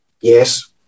Yes